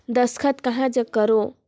दस्खत कहा जग करो?